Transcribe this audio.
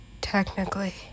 Technically